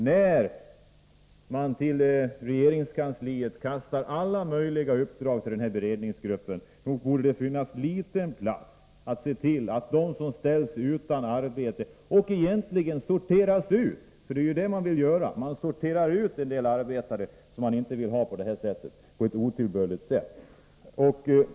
Då man ger regeringskansliet alla möjliga uppdrag när det gäller beredningsgruppen, borde det finnas en möjlighet att se över den här frågan som gäller oönskade arbetare som arbetsgivaren vill sortera ut på ett otillbörligt sätt.